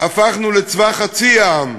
הפכו לצבא חצי העם,